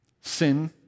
sin